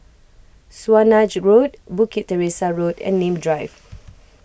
Swanage Road Bukit Teresa Road and Nim Drive